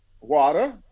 water